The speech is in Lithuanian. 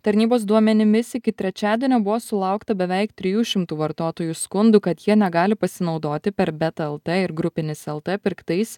tarnybos duomenimis iki trečiadienio buvo sulaukta beveik trijų šimtų vartotojų skundų kad jie negali pasinaudoti per beta lt ir grupinis lt pirktais